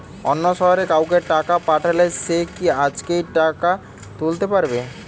অন্য শহরের কাউকে টাকা পাঠালে সে কি আজকেই টাকা তুলতে পারবে?